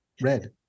Red